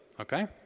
Okay